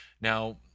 Now